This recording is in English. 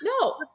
no